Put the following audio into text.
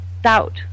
doubt